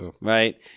Right